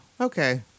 Okay